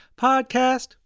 Podcast